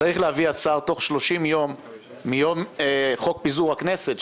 שצריך להביא השר תוך 30 ימים מיום חוק פיזור הכנסת,